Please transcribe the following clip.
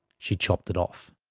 she chopped it off.